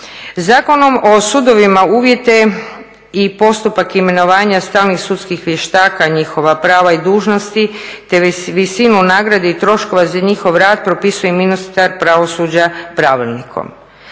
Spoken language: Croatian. Zakonom o sudovima uvjete i postupak imenovanja stalnih sudskih vještaka, njihova prava i dužnosti te visinu nagrade i troškova za njihov rad propisuje ministar pravosuđa pravilnikom.